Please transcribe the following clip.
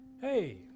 hey